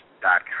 dot